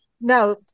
No